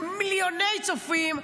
מול מיליוני צופים.